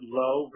low